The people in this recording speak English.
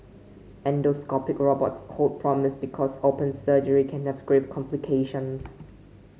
endoscopic robots hold promise because open surgery can have grave complications